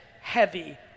heavy